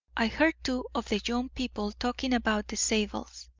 i heard two of the young people talking about the zabels.